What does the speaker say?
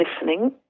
listening